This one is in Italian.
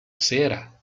sera